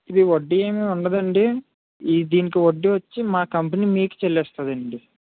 ఇది వడ్డీ ఏమీ ఉండదు అండి ఈ దీనికి వడ్డీ వచ్చి మా కంపెనీ మీకు చెల్లిస్తుంది అండి